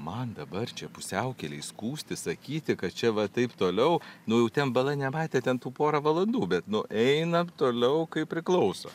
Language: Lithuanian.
man dabar čia pusiaukelėj skųstis sakyti kad čia va taip toliau nu jau ten bala nematė ten tų porą valandų bet nu einam toliau kaip priklauso